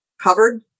covered